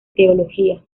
teología